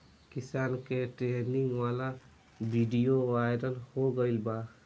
किसान के ट्रेनिंग वाला विडीओ वायरल हो गईल बा